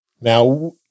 Now